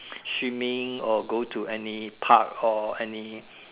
swimming or go to any Park or any